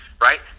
right